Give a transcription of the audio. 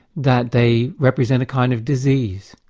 that they represent a kind of disease,